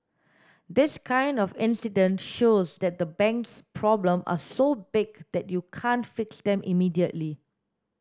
this kind of incident shows that the bank's problem are so big that you can't fix them immediately